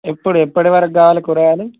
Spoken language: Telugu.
ఎప్పుడు ఎప్పుడి వరకు కావాలి కూరగాయలు